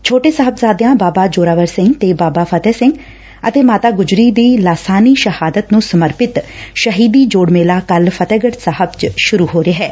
ਛੋਟੇ ਸਾਹਿਬਜ਼ਾਦਿਆਂ ਬਾਬਾ ਜ਼ੋਰਾਵਰ ਸਿੰਘ ਤੇ ਬਾਬਾ ਫਤਹਿ ਸਿੰਘ ਅਤੇ ਮਾਤਾ ਗੁਜ਼ਰੀ ਦੀ ਲਾਸਾਨੀ ਸ਼ਹਾਦਤ ਨੂੰ ਸਮਰਪਿਤ ਸ਼ਹੀਦੀ ਜੋੜ ਮੇਲਾ ਕੱਲ੍ ਫਤਹਿਗੜ ਸਾਹਿਬ ਚ ਸੁਰੁ ਹੋ ਰਿਹੈ